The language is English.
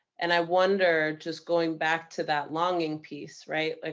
and i wonder, just going back to that longing piece, right? ah